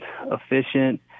efficient